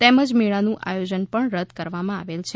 તેમજ મેળાનું આયોજન પણ રદ કરવામાં આવેલ છે